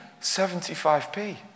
75p